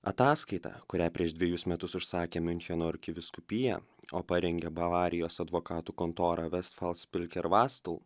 ataskaita kurią prieš dvejus metus užsakė miuncheno arkivyskupija o parengė bavarijos advokatų kontora vestfals pilkervastl